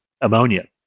ammonia